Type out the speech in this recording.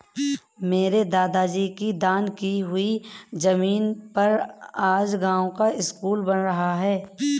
मेरे दादाजी की दान की हुई जमीन पर आज गांव का स्कूल बन रहा है